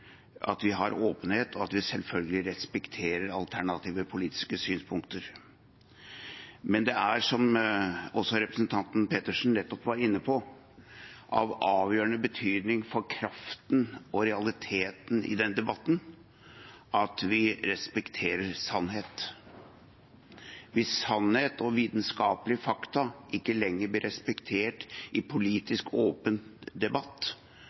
at vi har åpenhet, og at vi selvfølgelig respekterer alternative politiske synspunkter, men som representanten Pettersen nettopp var inne på, er det av avgjørende betydning for kraften og realiteten i debatten at vi respekterer sannhet. Hvis sannhet og vitenskapelige fakta ikke lenger blir respektert i politisk, åpen debatt,